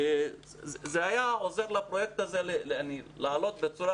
זה היה עוזר לפרויקט הזה לעלות בצורה